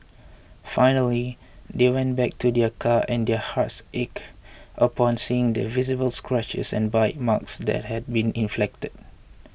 finally they went back to their car and their hearts ached upon seeing the visible scratches and bite marks that had been inflicted